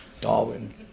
Darwin